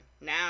Now